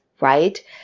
right